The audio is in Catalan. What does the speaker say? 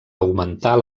augmentar